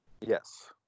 Yes